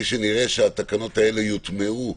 לוודא שהתקנות האלה יוטמעו.